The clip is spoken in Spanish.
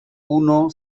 uno